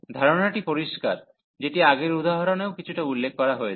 ধারণাটি পরিষ্কার যেটি আগের উদাহরণেও কিছুটা উল্লেখ করা হয়েছে